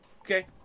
Okay